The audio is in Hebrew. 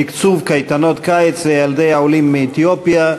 תקצוב קייטנות קיץ לילדי העולים מאתיופיה.